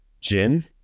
Gin